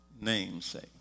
namesake